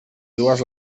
dues